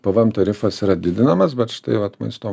pvm tarifas yra didinamas bet štai vat maisto